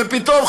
ופתאום,